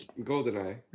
GoldenEye